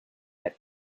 had